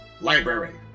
Library